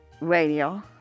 radio